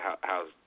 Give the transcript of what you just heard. how's